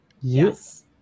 Yes